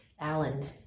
Alan